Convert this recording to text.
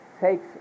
takes